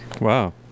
wow